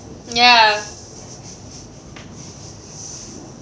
ya